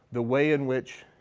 the way in which,